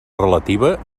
relativa